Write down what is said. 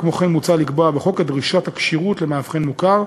כמו כן מוצע לקבוע בחוק את דרישת הכשירות למאבחן מוכר,